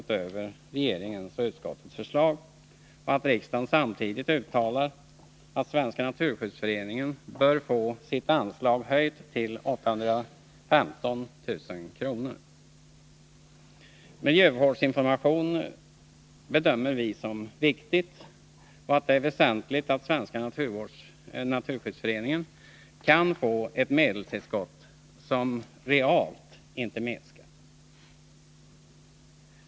utöver regeringens och utskottets förslag och att riksdagen samtidigt uttalar att Svenska naturskyddsföreningen bör få sitt anslag höjt till 815000 kr. Miljöinformation bedömer vi vara viktig och anser att det är väsentligt att Svenska naturskyddsföreningen kan få ett medelstillskott som inte blir mindre realt sett.